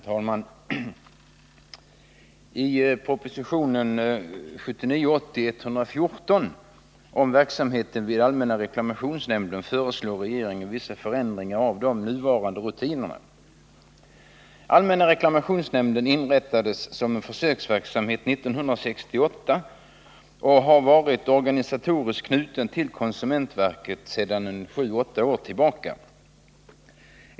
Herr talman! I propositionen 1979/80:114 om verksamheten vid allmänna reklamationsnämnden föreslår regeringen vissa förändringar av de nuvarande rutinerna. Allmänna reklamationsnämnden inrättades som en försöksverksamhet 1968 och har varit organisatoriskt knuten till konsumentverket sedan 7-8 år.